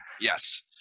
yes